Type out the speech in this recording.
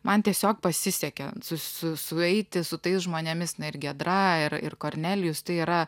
man tiesiog pasisekė su su sueiti su tais žmonėmis ir giedra ir ir kornelijus tai yra